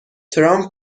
ترامپ